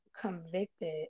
convicted